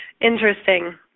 interesting